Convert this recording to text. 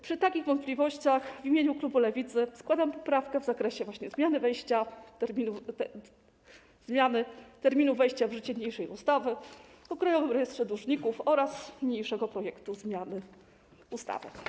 Przy takich wątpliwościach w imieniu klubu Lewicy składam poprawkę w zakresie właśnie zmiany terminu wejścia w życie niniejszej ustawy o krajowym rejestrze dłużników oraz niniejszego projektu zmiany ustawy.